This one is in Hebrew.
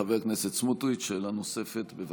חבר הכנסת סמוטריץ', שאלה נוספת, בבקשה.